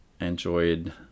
enjoyed